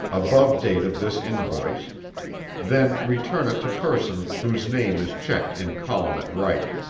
above date of this invoice then return it to person whose name is checked in column at right.